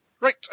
Right